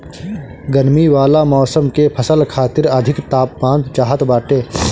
गरमी वाला मौसम के फसल खातिर अधिक तापमान चाहत बाटे